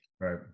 Right